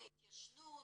זה התיישנות,